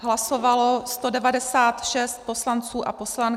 Hlasovalo 196 poslanců a poslankyň.